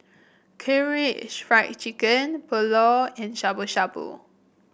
Karaage Fried Chicken Pulao and Shabu Shabu